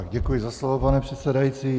Děkuji za slovo, pane předsedající.